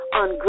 on